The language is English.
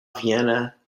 vienna